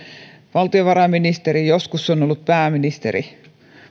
valtiovarainministeri joskus se on ollut pääministeri